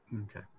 Okay